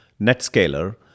NetScaler